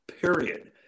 Period